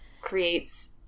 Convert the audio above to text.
creates –